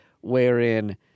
wherein